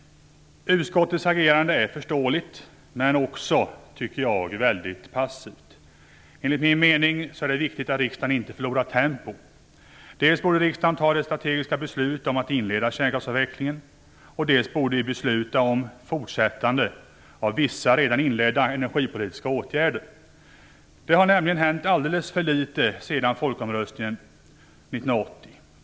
Utskottets agerande är förståeligt men också, tycker jag, väldigt passivt. Enligt min mening är det viktigt att riksdagen inte förlorar tempo. Dels borde riksdagen ta det strategiska beslutet om att inleda kärnkraftsavvecklingen, dels borde vi besluta om ett fortsättande av vissa redan inledda energipolitiska åtgärder. Det har nämligen hänt alldeles för litet sedan folkomröstningen 1980.